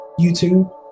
YouTube